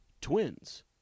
twins